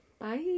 Bye